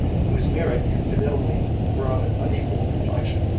whose merit and fidelity were of an unequal complexion.